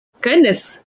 Goodness